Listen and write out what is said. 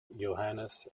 johannes